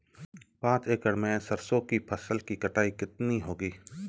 पांच एकड़ में सरसों की फसल की कटाई कितनी होगी?